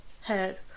head